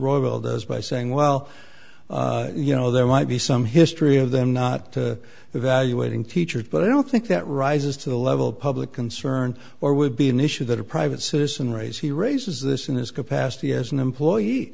royal does by saying well you know there might be some history of them not to evaluating teachers but i don't think that rises to the level of public concern or would be an issue that a private citizen raise he raises this in his capacity as an employee